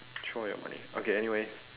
throw all your money okay anyway